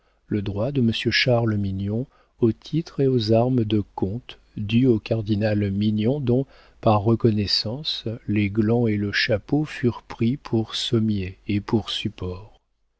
le droit de monsieur charles mignon au titre et aux armes de comte dus au cardinal mignon dont par reconnaissance les glands et le chapeau furent pris pour sommier et pour